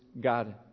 God